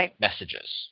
messages